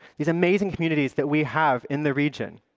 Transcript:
these amazing communities that we have in the region,